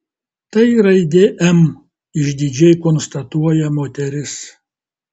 tai raidė m išdidžiai konstatuoja moteris